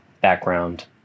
background